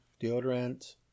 deodorant